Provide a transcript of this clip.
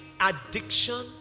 addiction